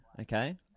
okay